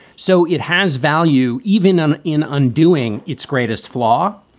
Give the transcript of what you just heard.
so it has value even um in undoing its greatest flaw.